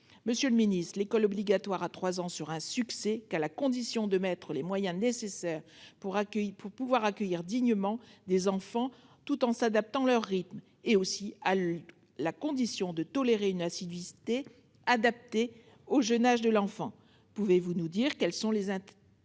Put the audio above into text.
Monsieur le secrétaire d'État, l'école obligatoire à 3 ans ne sera un succès qu'à la double condition de mettre les moyens nécessaires pour pouvoir accueillir dignement les enfants tout en s'adaptant à leur rythme et de tolérer une assiduité adaptée au jeune âge de l'enfant. Pouvez-vous nous dire quelles sont les intentions